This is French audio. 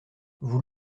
vous